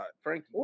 Frankie